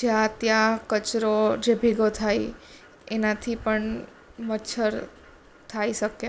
જ્યાં ત્યાં કચરો જે ભેગો થાય એનાથી પણ મચ્છર થઈ શકે